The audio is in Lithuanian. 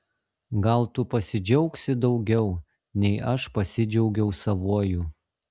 gal tu pasidžiaugsi daugiau nei aš pasidžiaugiau savuoju